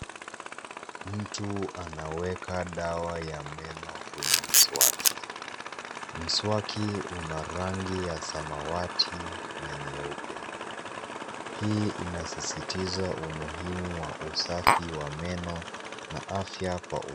Mtu anaweka dawa ya meno kwenye mswaki. Mswaki una rangi ya samawati na nyeupe. Hii inasisitiza usafi wa meno na afya kwa